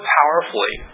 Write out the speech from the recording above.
powerfully